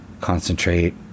concentrate